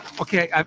Okay